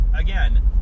again